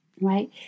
right